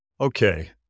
Okay